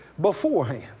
beforehand